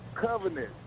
covenant